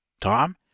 Tom